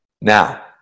Now